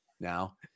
now